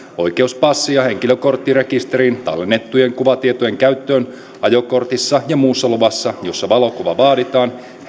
oikeus passi ja henkilökorttirekisteriin tallennettujen kuvatietojen käyttöön ajokortissa ja muussa luvassa jossa valokuva vaaditaan